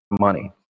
money